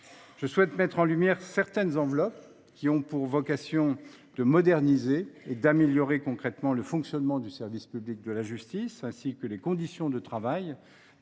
je souhaite mettre en lumière certaines enveloppes qui ont pour vocation de moderniser et d’améliorer concrètement le fonctionnement du service public de la justice, ainsi que les conditions de travail